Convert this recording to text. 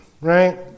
right